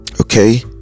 Okay